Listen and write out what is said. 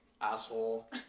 asshole